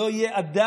שלא יהיה אדם,